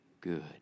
good